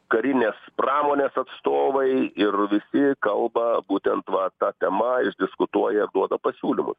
karinės pramonės atstovai ir visi kalba būtent va ta tema diskutuoja duoda pasiūlymus